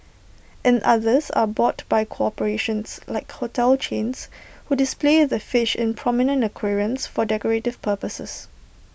and others are bought by corporations like hotel chains who display the fish in prominent aquariums for decorative purposes